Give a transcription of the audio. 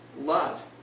Love